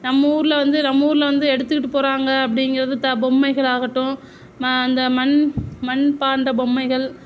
நம்ம ஊரில் வந்து நம்ம ஊரில் வந்து எடுத்துகிட்டு போகிறாங்க அப்படிங்கிறது பொம்மைகள் ஆகட்டும் அந்த மண் மண்பாண்டம் பொம்மைகள்